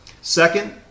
Second